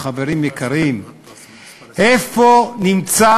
כמו שכל אחד ואחת בבית הזה יודעים,